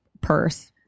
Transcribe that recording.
purse